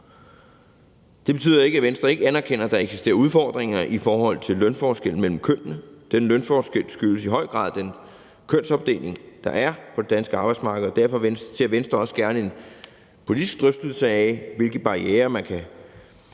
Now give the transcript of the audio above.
Det betyder ikke, at Venstre ikke anerkender, at der eksisterer udfordringer i forhold til lønforskelle mellem kønnene. Den lønforskel skyldes i høj grad den kønsopdeling, der er, på det danske arbejdsmarked, og derfor ser Venstre også gerne en politisk drøftelse af, hvilke barrierer man kan